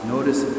Notice